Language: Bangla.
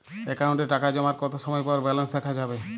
অ্যাকাউন্টে টাকা জমার কতো সময় পর ব্যালেন্স দেখা যাবে?